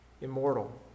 immortal